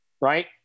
right